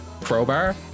crowbar